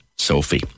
Sophie